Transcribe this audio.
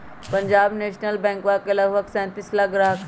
Punjab national बैंकवा के लगभग सैंतीस लाख ग्राहक हई